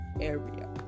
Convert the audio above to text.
area